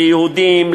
ליהודים,